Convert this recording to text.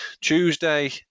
Tuesday